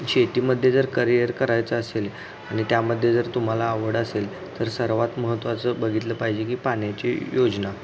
शेतीमध्ये जर करियर करायचं असेल आणि त्यामध्ये जर तुम्हाला आवड असेल तर सर्वात महत्त्वाचं बघितलं पाहिजे की पाण्याची योजना